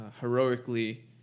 heroically